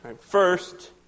First